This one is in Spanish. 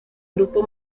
grupo